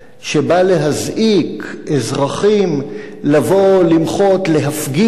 שבא להזעיק אזרחים לבוא למחות, להפגין,